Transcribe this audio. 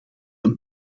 een